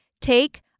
take